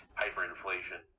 hyperinflation